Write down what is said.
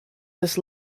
this